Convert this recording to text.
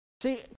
See